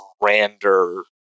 grander